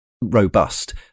robust